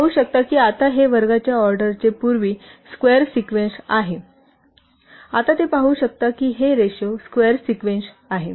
तुम्ही पाहु शकता की आता हे वर्गाच्या ऑर्डरचे पूर्वी स्केयर सिक्वेन्श आहे 4 आता ते पाहू शकता की हे रेशो स्केयर सिक्वेन्श आहे